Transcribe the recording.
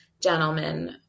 gentlemen